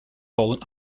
fallen